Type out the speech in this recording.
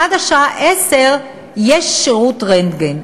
עד השעה 22:00 יש שירות רנטגן.